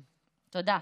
תודה.